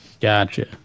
Gotcha